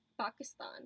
Pakistan